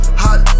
hot